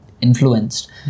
Influenced